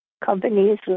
companies